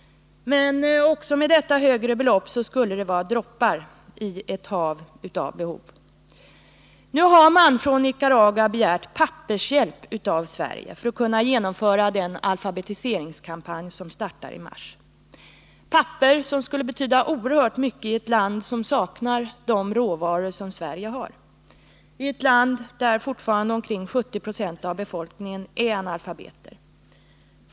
Men också detta högre belopp skulle vara som droppar i ett hav av behov. Nu har man från Nicaragua begärt hjälp med papper av Sverige för att kunna genomföra den alfabetiseringskampanj som startar i mars. Papper skulle betyda oerhört mycket i ett land som saknar de råvaror som Sverige har, i ett land där fortfarande omkring 70 90 av befolkningen är analfabeter.